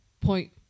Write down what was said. Point